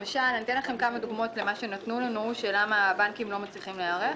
אני אתן לכם כמה דוגמאות למה הבנקים לא מצליחים להיערך.